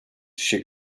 she